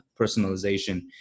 personalization